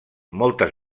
moltes